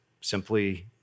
simply